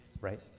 right